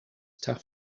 tough